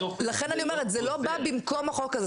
לכן אני אומרת שזה לא בא במקום החוק הזה.